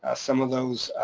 ah some of those.